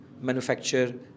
manufacture